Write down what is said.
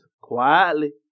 quietly